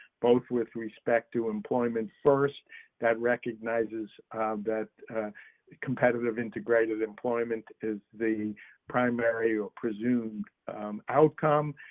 both with respect to employment first that recognizes that competitive integrated employment is the primary or presumed outcome,